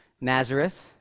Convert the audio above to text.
Nazareth